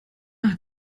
hat